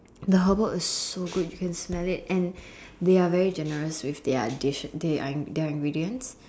the herbal is so good you can smell it and they are very generous with their dish their their ingredients